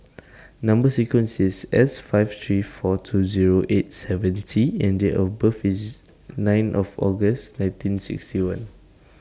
Number sequence IS S five three four two Zero eight seven T and Date of birth IS nine of August nineteen sixty one